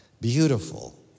Beautiful